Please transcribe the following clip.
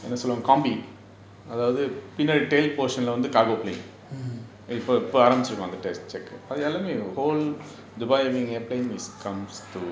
mm